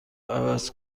عوض